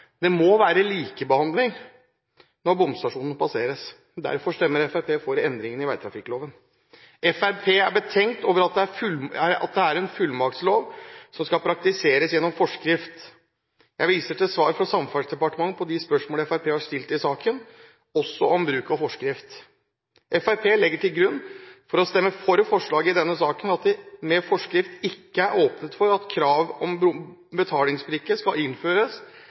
Det må være likebehandling når bomstasjonene passeres, derfor stemmer Fremskrittspartiet for endringene i vegtrafikkloven. Fremskrittspartiet er betenkt over at dette er en fullmaktslov som skal praktiseres gjennom forskrift. Jeg viser til svar fra Samferdselsdepartementet på de spørsmål Fremskrittspartiet har stilt i saken, også om bruk av forskrift. Fremskrittspartiet legger til grunn for å stemme for forslaget i denne saken at det med forskrift ikke er åpnet for at krav om betalingsbrikke skal innføres